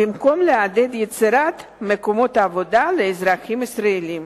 במקום לעודד יצירת מקומות עבודה לאזרחים ישראלים.